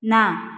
ନା